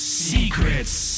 secrets